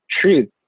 truth